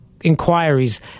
inquiries